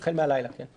החל מהלילה, כן.